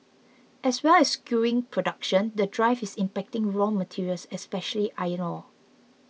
as well as skewing production the drive is impacting raw materials especially iron ore